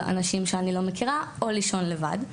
אנשים שאני לא מכירה או לישון לבד,